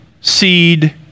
seed